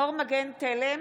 אבל חשוב להגיד אותה,